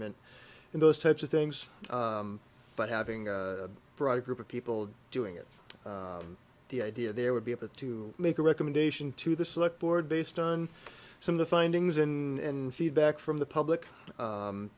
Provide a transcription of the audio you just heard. meant in those types of things but having a broader group of people doing it the idea there would be able to make a recommendation to the select board based on some of the findings in feedback from the public